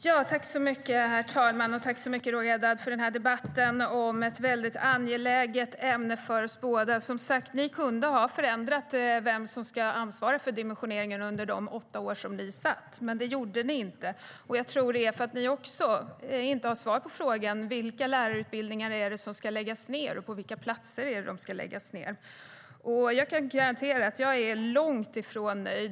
Herr talman! Tack, Roger Haddad, för den här debatten om ett för oss båda väldigt angeläget ämne! Som sagt, ni kunde under de åtta år som ni satt vid makten ha ändrat på vem som ska ha ansvaret för dimensioneringen, men det gjorde ni inte. Jag tror att det beror på att inte heller ni har svaret på frågan vilka lärarutbildningar som ska läggas ned och på vilka platser de ska läggas ned. Jag kan garantera att jag är långt ifrån nöjd.